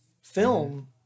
film